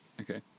Okay